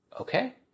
okay